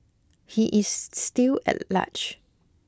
he is still at large